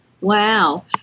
Wow